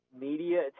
media